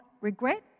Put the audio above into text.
regret